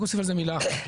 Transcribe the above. מילה.